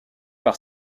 par